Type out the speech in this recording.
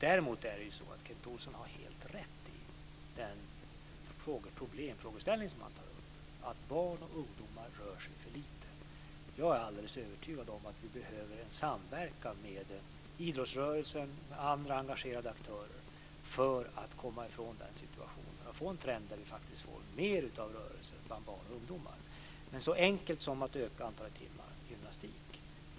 Däremot har Kent Olsson helt rätt i den problemställning han tar upp. Barn och ungdomar rör sig för lite. Jag är alldeles övertygad om att vi behöver en samverkan med idrottsrörelsen och andra engagerade aktörer för att komma ifrån den situationen och få en trend med mer av rörelse bland barn och ungdomar. Men så enkelt som att öka antalet timmar i gymnastik är det inte.